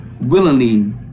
willingly